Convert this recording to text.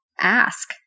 ask